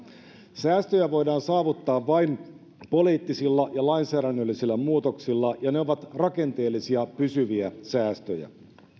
säästöjä voidaan saavuttaa vain poliittisilla ja lainsäädännöllisillä muutoksilla ja ne ovat rakenteellisia pysyviä säästöjä